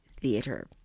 Theater